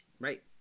Right